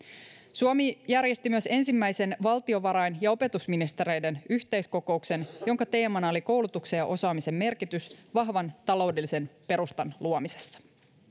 suomi järjesti myös ensimmäisen valtiovarain ja opetusministereiden yhteiskokouksen jonka teemana oli koulutuksen ja osaamisen merkitys vahvan taloudellisen perustan luomisessa